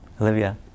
Olivia